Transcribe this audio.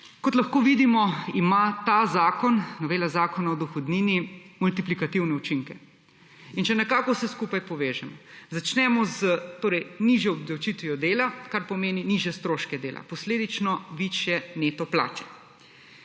Kot lahko vidimo, ima ta zakon, novela Zakona o dohodnini, multiplikativne učinke. Če nekako vse skupaj povežemo, začnemo z nižjo obdavčitvijo dela, kar pomeni nižje stroške dela, posledično višje neto plače.